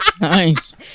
Nice